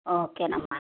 ఓకేనమ్మా